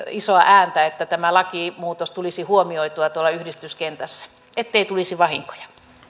isoa ääntä että tämä lakimuutos tulisi huomioitua tuolla yhdistyskentässä ettei tulisi vahinkoja